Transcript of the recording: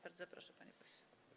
Bardzo proszę, panie pośle.